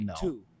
two